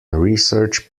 research